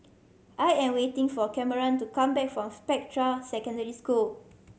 I am waiting for Cameron to come back from Spectra Secondary School